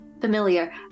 familiar